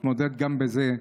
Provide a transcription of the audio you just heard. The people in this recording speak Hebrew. התמודד גם בזה.